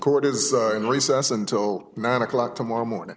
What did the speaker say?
court is in recess until nine o'clock tomorrow morning